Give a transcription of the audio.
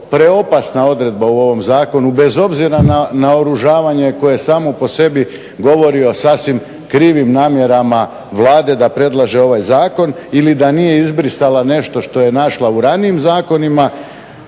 preopasna odredba u ovom zakonu bez obzira na naoružavanje koje samo po sebi govori o sasvim krivim namjerama Vlade da predlaže ovaj zakon ili da nije izbrisala nešto što je našla u ranijim zakonima.